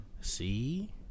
See